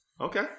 Okay